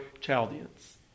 Chaldeans